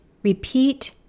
Repeat